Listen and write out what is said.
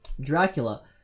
Dracula